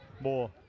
more